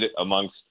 amongst